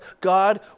God